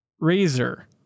razor